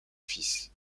fils